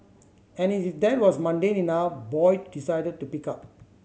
and as if that was mundane enough Boyd decided to pick up